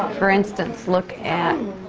for instance, look at